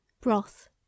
broth